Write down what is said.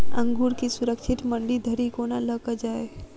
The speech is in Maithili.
अंगूर केँ सुरक्षित मंडी धरि कोना लकऽ जाय?